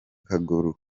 karugarama